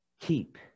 keep